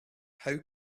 how